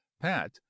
pat